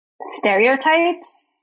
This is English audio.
stereotypes